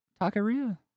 Takaria